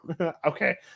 Okay